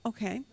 Okay